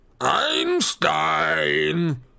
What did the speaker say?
Einstein